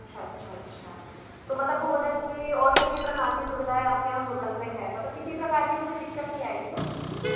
अच्छा अच्छा अच्छा तो मतलब भोजन की और सभी प्रकार की सुविधाएं आपके यहाँ होटल में हैं मतलब किसी प्रकार की मुझे दिक्कत नहीं आएगी ना